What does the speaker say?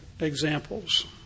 examples